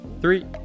three